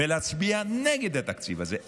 ולהצביע נגד התקציב הזה,